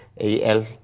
AL